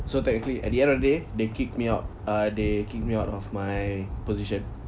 so technically at the end of day they kicked me out uh they kicked me out of my position